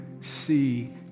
see